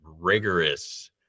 rigorous